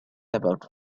about